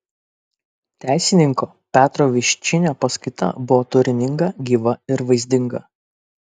teisininko petro viščinio paskaita buvo turininga gyva ir vaizdinga